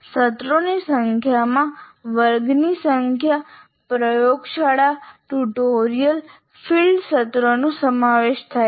સત્રોની સંખ્યામાં વર્ગની સંખ્યા પ્રયોગશાળા ટ્યુટોરીયલ ફીલ્ડ સત્રોનો સમાવેશ થાય છે